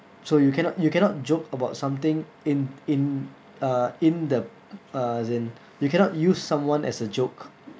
so you cannot you cannot joke about something in in uh in the uh as in you cannot use someone as a joke